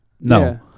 No